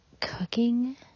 cooking